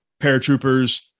paratroopers